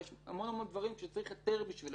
הרי יש המון דברים שצריך היתר בשביל